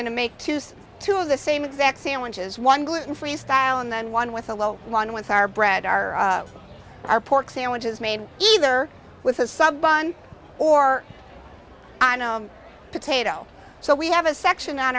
going to make two of the same exact sandwiches one gluten free style and then one with a low one with our bread are our pork sandwiches made either with a sub on or i know a potato so we have a section on